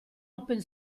open